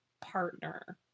partner